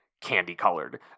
candy-colored